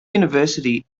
university